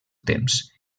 temps